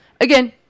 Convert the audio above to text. again